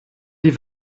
die